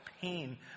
pain